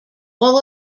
all